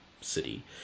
city